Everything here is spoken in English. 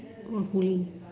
oh holy